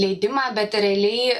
leidimą bet realiai